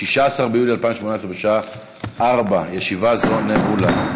16 ביולי 2018, בשעה 16:00. ישיבה זו נעולה.